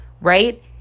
right